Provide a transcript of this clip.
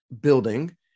building